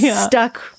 stuck